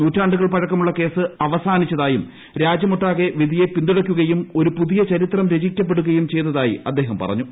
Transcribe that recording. നൂറ്റാണ്ടുകൾ പഴക്കമുള്ള കേസ് അവസാനിച്ചതായും രാജ്യമൊട്ടാകെ വിധിയെ പിന്തുണയ്ക്കുകയും ഒരു പുതിയ ചരിത്രം രചിക്കപ്പെടുകയും ചെയ്തതായി അദ്ദേഹം പറഞ്ഞു